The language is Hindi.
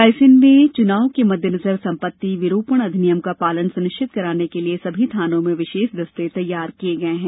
रायसेन में चुनाव के मद्देनजर संपत्ति विरूपण अधिनियम का पालन सुनिश्चित कराने के लिये सभी थानों में विशेष दस्ते तैनात किये गये हैं